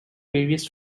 various